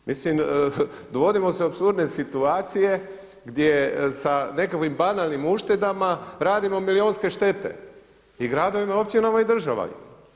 E mislim dovodimo se u apsurdne situacije gdje sa nekakvim banalnim uštedama radimo milijunske štete i gradovima, i općinama i državi.